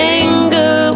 anger